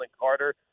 Carter